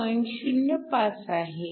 05 आहे